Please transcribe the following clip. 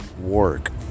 work